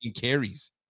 carries